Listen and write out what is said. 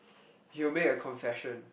you make a confession